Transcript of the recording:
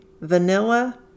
vanilla